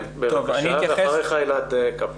כן, בבקשה, ואחריך אלעד קפלן.